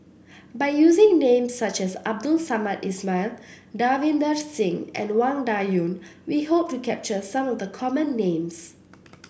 by using names such as Abdul Samad Ismail Davinder Singh and Wang Dayuan we hope to capture some of the common names